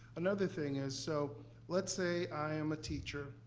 another thing is, so let's say i am a teacher,